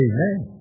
Amen